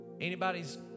Anybody's